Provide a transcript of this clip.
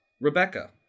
rebecca